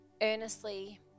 earnestly